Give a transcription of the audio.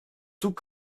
tout